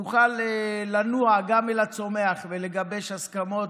נוכל לנוע גם אל הצומח ולגבש הסכמות,